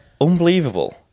Unbelievable